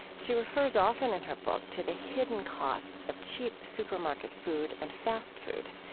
she refers often in her book to the hidden costs of cheap supermarket food and fast food.